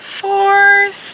fourth